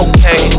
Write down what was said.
Okay